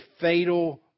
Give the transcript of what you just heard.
fatal